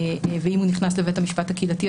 ואם הוא נכנס לבית המשפט הקהילתי,